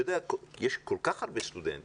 אתה יודע, יש כל כך הרבה סטודנטים